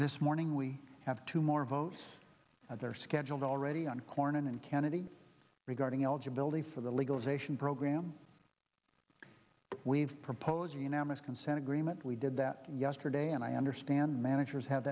this morning we have two more votes that they're scheduled already on cornyn and kennedy regarding eligibility for the legalization program we've proposed unanimous consent agreement we did that yesterday and i understand managers have